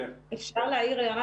בבקשה.